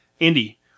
Andy